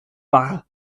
war